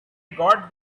got